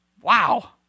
Wow